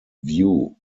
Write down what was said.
view